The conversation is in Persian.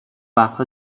وقتها